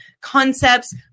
concepts